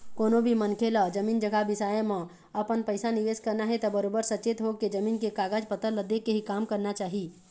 कोनो भी मनखे ल जमीन जघा बिसाए म अपन पइसा निवेस करना हे त बरोबर सचेत होके, जमीन के कागज पतर ल देखके ही काम करना चाही